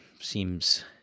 seems